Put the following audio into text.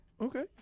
okay